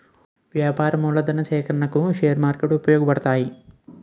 వ్యాపార మూలధన సేకరణకు షేర్ మార్కెట్లు ఉపయోగపడతాయి